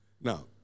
Now